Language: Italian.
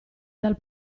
dal